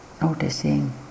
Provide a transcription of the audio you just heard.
Noticing